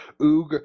oog